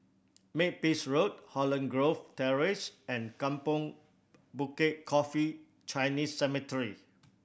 Makepeace Road Holland Grove Terrace and Kampong Bukit Coffee Chinese Cemetery